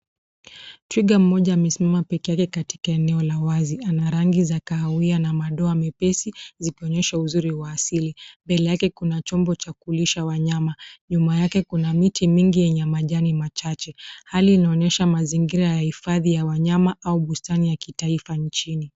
Twiga mmoja amesimama peke yake katika eneo la wazi. Ana rangi za kahawia na madoa mepesi zikionyesha uzuri wa asili. Mbele yake kuna chombo cha kulisha wanyama. Nyuma yake kuna miti mingi yenye majani machache. Hali inaonyesha mazingira ya hifadhi ya wanyama au bustani ya kitaifa nchini.